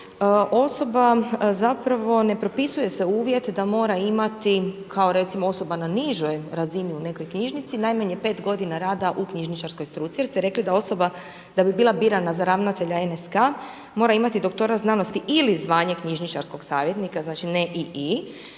osoba zapravo ne propisuje se uvjet da mora imati kao recimo osoba na nižoj razini u nekoj knjižnici najmanje 5 godina rada u knjižničarskoj struci jer ste rekli da osoba da bi bila birana za ravnatelja NSK mora imati doktorat znanosti ili zvanje knjižničarskog savjetnika znači ne i i,